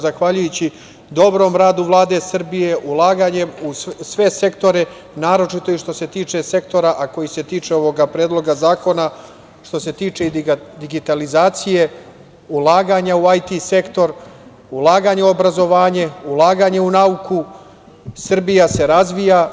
Zahvaljujući dobrom radu Vlade Srbije, ulaganjem u sve sektore, naročito što se tiče sektora koji se tiče ovog Predloga zakona, što se tiče digitalizacije, ulaganja u IT sektor, ulaganje u obrazovanje, ulaganje u nauku, Srbija se razvija.